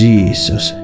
Jesus